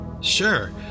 Sure